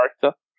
character